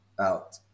out